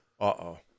Uh-oh